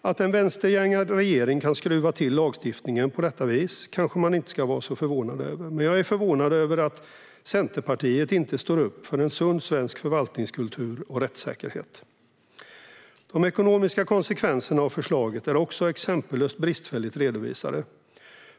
Att en vänstergängad regering kan skruva till lagstiftningen på det viset kanske man inte ska vara så förvånad över, men jag är förvånad över att Centerpartiet inte står upp för en sund svensk förvaltningskultur och rättssäkerhet. De ekonomiska konsekvenserna av förslaget är också exempellöst bristfälligt redovisade.